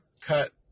cut